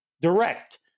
direct